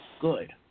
good